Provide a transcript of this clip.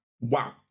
wow